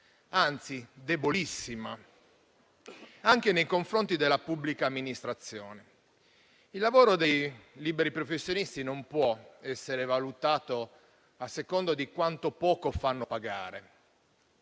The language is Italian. anzi debolissima, anche nei confronti della pubblica amministrazione. Il lavoro dei liberi professionisti non può essere valutato a seconda di quanto poco fanno pagare